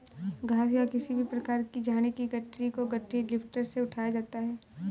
घास या किसी भी प्रकार की झाड़ी की गठरी को गठरी लिफ्टर से उठाया जाता है